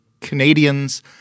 Canadians